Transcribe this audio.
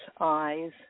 eyes